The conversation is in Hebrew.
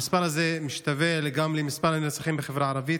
המספר הזה משתווה גם למספר הנרצחים בחברה הערבית,